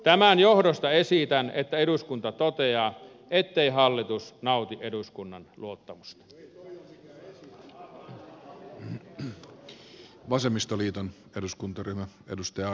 tämän johdosta esitän että eduskunta toteaa ettei hallitus nauti eduskunnan luottamusta